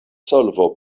solvo